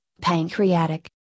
pancreatic